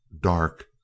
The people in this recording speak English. dark